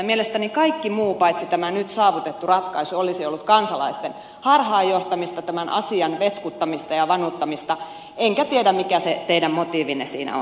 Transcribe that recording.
mielestäni kaikki muu paitsi tämä nyt saavutettu ratkaisu olisi ollut kansalaisten harhaanjohtamista tämän asian vetkuttamista ja vanuttamista enkä tiedä mikä teidän motiivinne siinä on